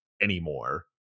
anymore